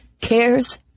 cares